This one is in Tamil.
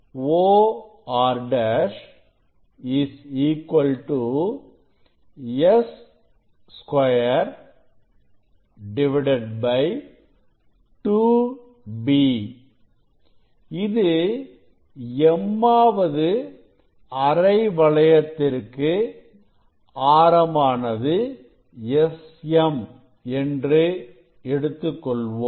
OR' S2 2b இது m ஆவது அரை வளையத்திற்கு ஆரமானது Sm என்று எடுத்துக்கொள்வோம்